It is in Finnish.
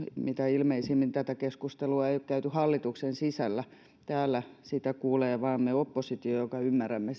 mitä ilmeisimmin tätä keskustelua ei ole käyty hallituksen sisällä täällä sitä kuulemme vain me oppositio joka ymmärrämme